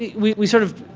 we sort of,